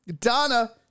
Donna